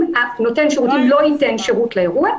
אם נותן שירותים לא ייתן שירות לאירוע,